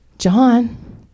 John